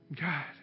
God